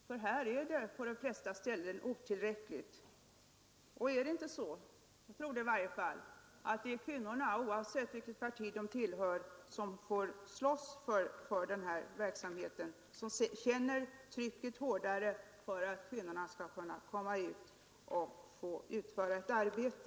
Barntillsynen är på de flesta ställen otillräcklig. Är det inte så — jag tror det i varje fall — att det är kvinnorna, oavsett vilket parti de tillhör, som får slåss för denna verksamhet, som hårdast känner trycket av att se till att kvinnorna kan komma ut och få utföra ett arbete?